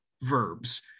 verbs